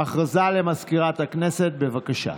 הודעה למזכירת הכנסת, בבקשה.